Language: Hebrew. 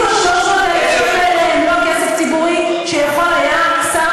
שנה אנחנו מובילים את המהלך הזה כבר,